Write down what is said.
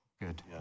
Good